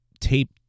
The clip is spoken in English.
tape